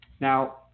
Now